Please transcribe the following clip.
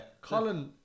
Colin